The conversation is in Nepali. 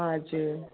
हजुर